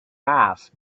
mass